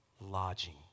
lodging